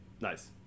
Nice